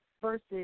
versus